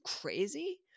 crazy